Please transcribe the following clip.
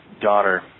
daughter